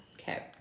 Okay